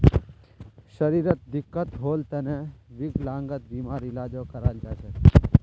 शरीरत दिक्कत होल तने विकलांगता बीमार इलाजो कराल जा छेक